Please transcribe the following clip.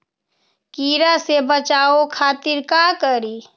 कीरा से बचाओ खातिर का करी?